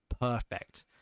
perfect